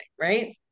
right